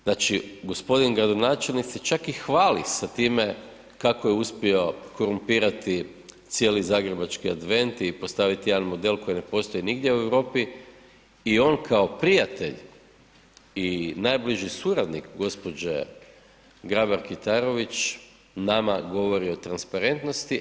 Znači g. gradonačelnik se čak i hvali sa time kako je uspio korumpirati cijeli zagrebački advent i postaviti jedan model koji ne postoji nigdje u Europi i on kao prijatelj i najbliži suradnik gđe. Grabar-Kitarović nama govori o transparentnosti.